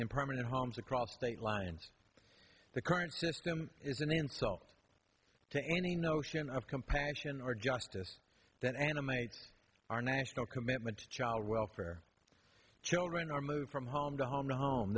in permanent homes across state lines the current system is an insult to any notion of compassion or justice that animates our national commitment to child welfare children are moved from home to home home